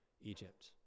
Egypt